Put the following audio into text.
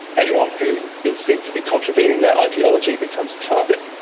anyone who is seen to be contravening their ideology becomes a target.